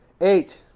Eight